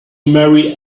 marry